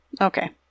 Okay